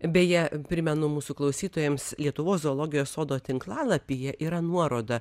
beje primenu mūsų klausytojams lietuvos zoologijos sodo tinklalapyje yra nuoroda